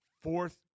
fourth